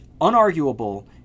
unarguable